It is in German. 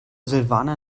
silvana